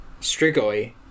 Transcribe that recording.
Strigoi